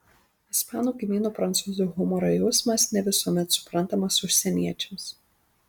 ispanų kaimynų prancūzų humoro jausmas ne visuomet suprantamas užsieniečiams